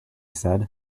said